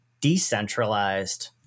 decentralized